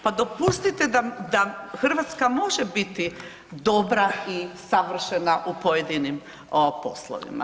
Pa dopustite da Hrvatska može biti dobra i savršena u pojedinim poslovima.